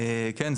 כן,